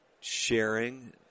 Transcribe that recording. sharing